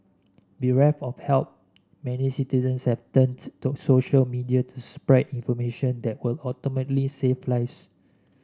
bereft of help many citizens have turned to social media to spread information that would ultimately save lives